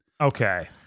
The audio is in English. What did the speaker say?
Okay